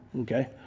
Okay